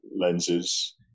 lenses